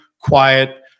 quiet